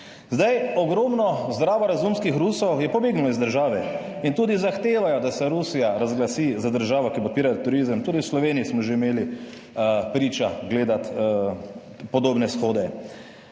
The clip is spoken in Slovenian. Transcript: Zdaj ogromno zdravorazumskih Rusov je pobegnilo iz države in tudi zahtevajo, da se Rusija razglasi za državo, ki podpira turizem, tudi v Sloveniji smo že imeli priča gledati podobne shode